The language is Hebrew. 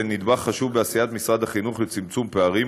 שהן נדבך חשוב בעשיית משרד החינוך לצמצום פערים,